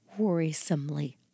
worrisomely